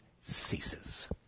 ceases